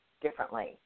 differently